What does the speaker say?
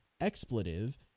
expletive